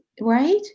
right